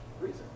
reason